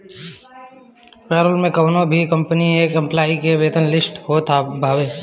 payroll में कवनो भी कंपनी के एम्प्लाई के वेतन लिस्ट होत बावे